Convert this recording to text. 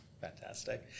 Fantastic